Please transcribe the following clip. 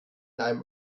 einem